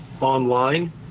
online